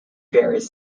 various